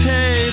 Hey